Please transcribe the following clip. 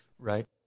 Right